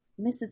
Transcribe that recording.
Mrs